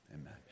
Amen